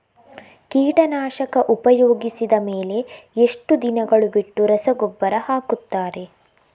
ಕೀಟನಾಶಕ ಉಪಯೋಗಿಸಿದ ಮೇಲೆ ಎಷ್ಟು ದಿನಗಳು ಬಿಟ್ಟು ರಸಗೊಬ್ಬರ ಹಾಕುತ್ತಾರೆ?